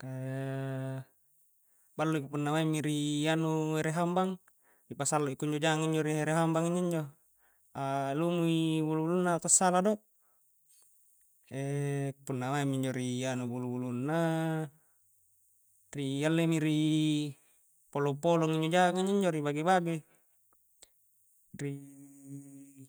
kaa balloi punna maingi ri anu ere hambang ri pasallu' i jangang a injo ri ere hambang a injo-njo, a lumu i bulu-bulunna ta'sala do, punna maing minjo ri anu bulu-bulunna, ri alle mi ri polong-polong injo jangang a ri bage-bagei, rii